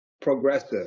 progressive